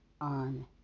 on